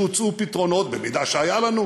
שהוצעו פתרונות אם היו לנו.